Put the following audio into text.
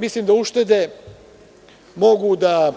Mislim da uštede mogu da